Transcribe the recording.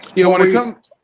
you know what it come